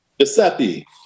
Giuseppe